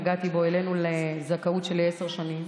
נגעתי בו, העלינו לזכאות של עשר שנים.